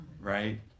right